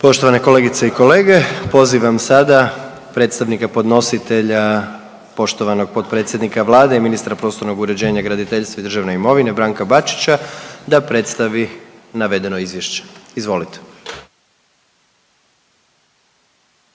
Poštovane kolegice i kolege pozivam sada predstavnika podnositelja poštovanog potpredsjednika Vlade i ministra prostornog uređenja, graditeljstva i državne imovine Branka Bačića da predstavi navedeno izvješće. Izvolite.